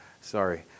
Sorry